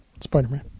spider-man